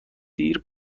دیر